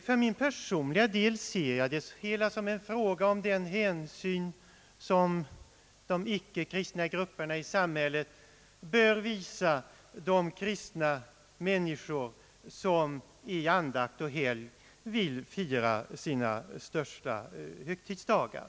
För min personliga del ser jag det som en fråga om den hänsyn som de icke kristna grupperna i samhället bör visa de kristna människor som i andakt och helgd vill fira sina största högtidsdagar.